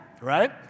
right